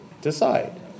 decide